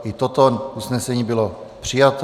I toto usnesení bylo přijato.